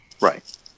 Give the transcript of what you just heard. Right